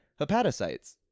hepatocytes